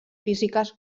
físiques